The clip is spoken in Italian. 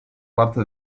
parte